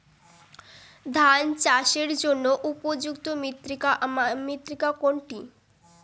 ধান চাষের জন্য উপযুক্ত মৃত্তিকা কোনটি?